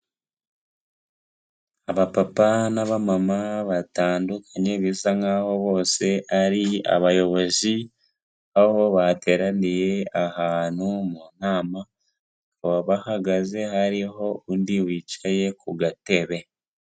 Abapapa n'abamama batandukanye, bisa nk'aho bose ari abayobozi, aho bateraniye ahantu mu nama, bakaba bahagaze, hariho n'undi wicaye ku gatebe.